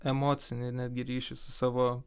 emocinį netgi ryšį su savo